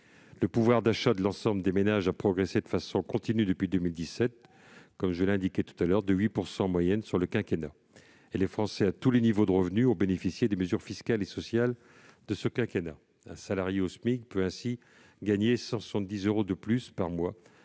Le pouvoir d'achat de l'ensemble des ménages a progressé de façon continue depuis 2017 et, comme je l'indiquais voilà quelques instants, de 8 % en moyenne sur le quinquennat. Quel que soit leur niveau de revenu, les Français ont bénéficié des mesures fiscales et sociales de ce quinquennat. Un salarié au SMIC peut ainsi gagner 170 euros de plus par mois.